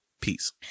Peace